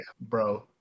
bro